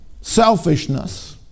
selfishness